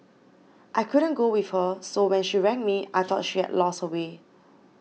I couldn't go with her so when she rang me I thought she had lost her way